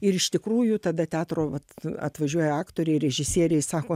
ir iš tikrųjų tada teatro vat atvažiuoja aktoriai režisieriai sako